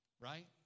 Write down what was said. right